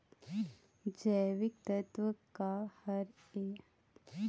जैविकतत्व का हर ए?